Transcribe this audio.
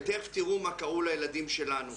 ותיכף תראו מה קרה לילדים שלנו.